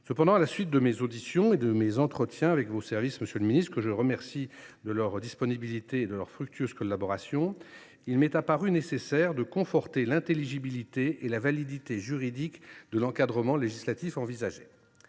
Cependant, à la suite de mes auditions et de mes entretiens avec vos services, monsieur le ministre – je les remercie de leur disponibilité et de leur fructueuse collaboration –, il m’est apparu nécessaire de conforter l’intelligibilité et la validité juridique de l’encadrement législatif envisagé.